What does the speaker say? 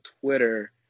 Twitter